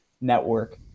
network